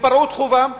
ופרעו את חובם,